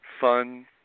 fun